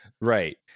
Right